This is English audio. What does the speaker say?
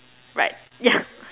right yeah